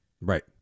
right